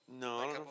no